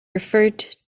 referred